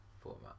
format